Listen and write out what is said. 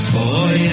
boy